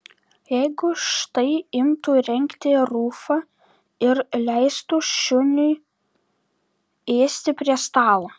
jeigu štai imtų rengti rufą ir leistų šuniui ėsti prie stalo